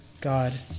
God